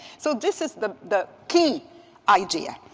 so this is the the key idea.